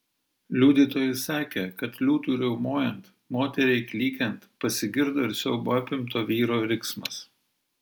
liudytojai sakė kad liūtui riaumojant moteriai klykiant pasigirdo ir siaubo apimto vyro riksmas